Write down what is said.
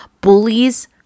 Bullies